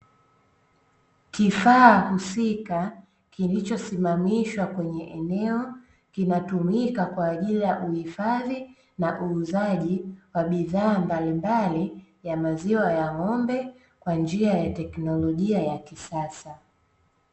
Kifaa husika kilichosimamishwa kwenye eneo, kinatumika kwa ajili ya kuhifadhi na uuzaji wa bidhaa mbalimbali ya maziwa ya ng’ombe kwa njia ya teknolojia ya kisasa.